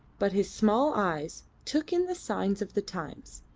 but his small eyes took in the signs of the times,